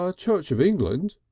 ah church of england,